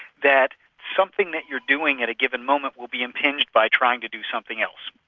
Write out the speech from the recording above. that something that you're doing at a given moment will be impinged by trying to do something else.